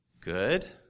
Good